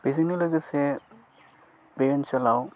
बेजोंनो लोगोसे बे ओनसोलाव